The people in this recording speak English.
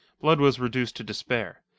blood was reduced to despair.